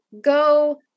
go